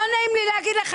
לא נעים לי להגיד לך,